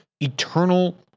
eternal